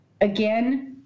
again